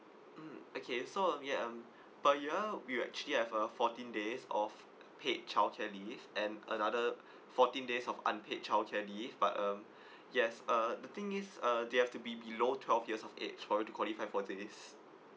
mm okay so um ya um but you are we actually have a fourteen days of paid childcare leave and another fourteen days of unpaid childcare leave but um yes uh the thing is uh they have to be below twelve years of age for you to qualify for these